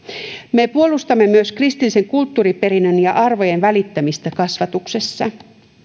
me puolustamme myös kristillisen kulttuuriperinnön ja arvojen välittämistä kasvatuksessa